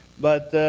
but,